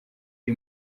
ari